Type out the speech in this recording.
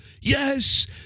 Yes